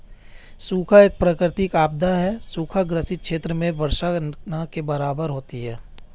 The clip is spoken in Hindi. सूखा एक प्राकृतिक आपदा है सूखा ग्रसित क्षेत्र में वर्षा न के बराबर होती है